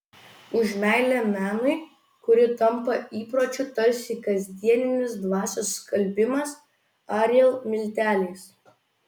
už meilę menui kuri tampa įpročiu tarsi kasdienis dvasios skalbimas ariel milteliais